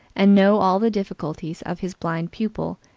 and know all the difficulties of his blind pupil,